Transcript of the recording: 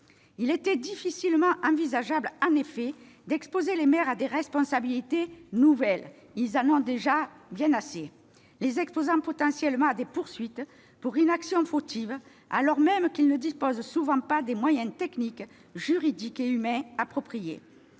Il était difficilement envisageable d'exposer les maires à des responsabilités nouvelles. Ils en ont déjà bien assez ! Cela les aurait potentiellement exposés à des poursuites pour inaction fautive, alors même qu'ils ne disposent pas, le plus souvent, des moyens techniques, juridiques et humains appropriés.